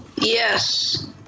Yes